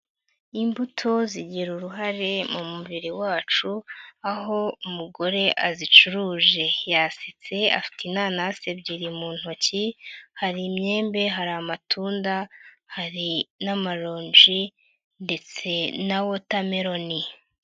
Imbuto zigira uruhare mu mubiri wacu aho umugore azicuruje, yasetse afite inanasi ebyiri mu ntoki, hari imyembe, hari amatunda, hari n'amaronji ndetse na wotameroni.